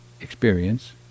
experience